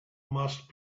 must